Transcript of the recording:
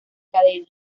cadena